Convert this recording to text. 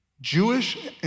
Jewish